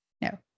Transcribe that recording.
No